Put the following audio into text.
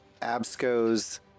Absco's